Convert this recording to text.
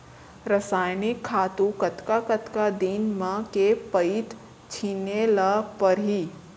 रसायनिक खातू कतका कतका दिन म, के पइत छिंचे ल परहि?